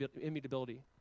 immutability